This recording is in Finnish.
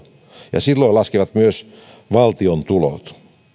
ja silloin laskevat myös valtion tulot